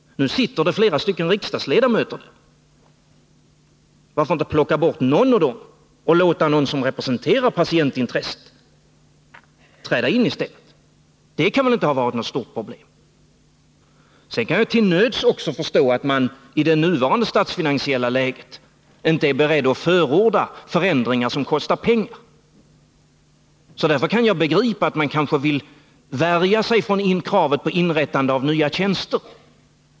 Nu sitter flera riksdagsledamöter med där. Varför inte plocka bort någon av dem och låta en representant för patientintresset träda in i stället? Det kan väl inte ha varit något stort problem. Sedan kan jag till nöds också förstå att man i det nuvarande statsfinansiella läget inte är beredd att förorda förändringar som kostar pengar. Därför kan jag begripa att man kanske vill värja sig för kravet på inrättande av nya tjänster.